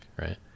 right